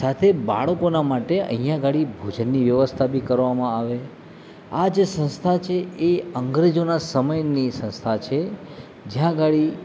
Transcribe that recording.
સાથે બાળકોના માટે અહીંયા આગળ ભોજનની બી વ્યવસ્થા પણ કરવામાં આવે આ જે સંસ્થા છે એ અગ્રેજોના સમયની સંસ્થા છે જ્યાં આગળ